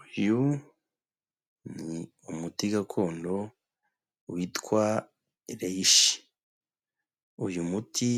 Uyu ni umuti gakondo, witwa Reishi. Uyu muti,